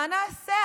מה נעשה?